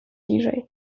bliżej